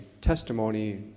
testimony